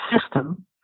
system